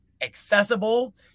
accessible